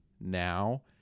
now